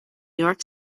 york